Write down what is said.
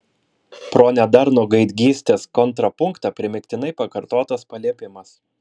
pro nedarnų gaidgystės kontrapunktą primygtinai pakartotas paliepimas